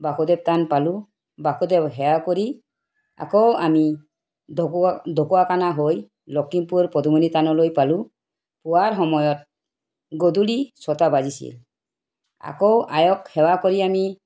বাসুদেৱ থান পালোঁ বাসুদেৱ সেৱা কৰি আকৌ আমি ঢকুৱা ঢকুৱাখানা হৈ লখিমপুৰ পদুমনি থানলৈ পালোঁ পোৱাৰ সময়ত গধূলি ছয়টা বাজিছিল আকৌ আয়ক সেৱা কৰি আমি